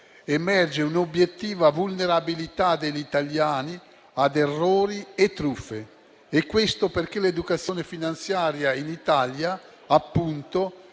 emerge un'obiettiva vulnerabilità degli italiani a errori e truffe e questo perché l'educazione finanziaria in Italia non